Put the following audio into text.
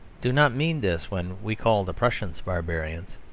do not mean this when we call the prussians barbarians.